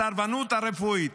הסרבנות הרפואית,